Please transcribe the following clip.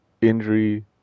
injury